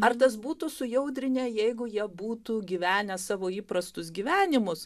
ar tas būtų sujaudrinę jeigu jie būtų gyvenę savo įprastus gyvenimus